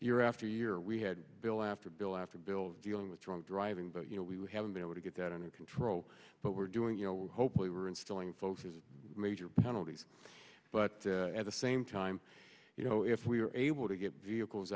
year after year we had bill after bill after bill of dealing with drunk driving but you know we haven't been able to get that under control but we're doing you know hopefully we're instilling folks a major penalties but at the same time you know if we're able to get vehicles